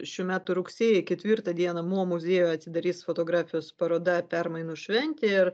šių metų rugsėjo ketvirtą dieną mo muziejuje atidarys fotografijos paroda permainų šventė ir